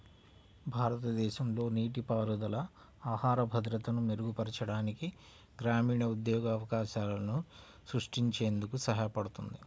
భారతదేశంలో నీటిపారుదల ఆహార భద్రతను మెరుగుపరచడానికి, గ్రామీణ ఉద్యోగ అవకాశాలను సృష్టించేందుకు సహాయపడుతుంది